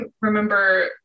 remember